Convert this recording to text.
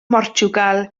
mhortiwgal